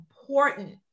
important